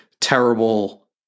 terrible